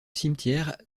cimetière